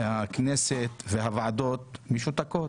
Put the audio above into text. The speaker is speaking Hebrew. הכנסת והוועדות משותקות.